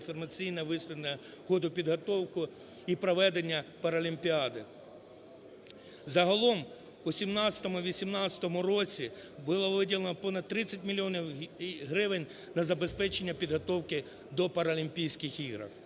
інформаційне висвітлення ходу підготовки і проведення паралімпіади. Загалом у 2017-2018 році було виділено понад 30 мільйонів гривень на забезпечення підготовки до Паралімпійських ігор.